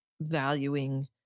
valuing